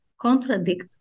contradict